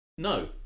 No